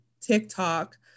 TikTok